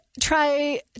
try